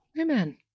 Amen